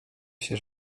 się